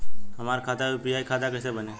हमार खाता यू.पी.आई खाता कइसे बनी?